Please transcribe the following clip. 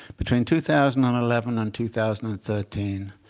between two thousand and eleven and two thousand and thirteen,